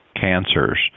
cancers